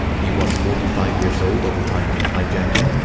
he was forty five years old at the time of the hijacking.